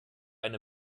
eine